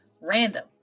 random